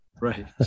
right